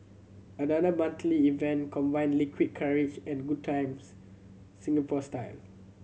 another monthly event combining liquid courage and good times Singapore style